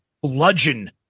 bludgeon